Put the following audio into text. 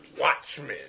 Watchmen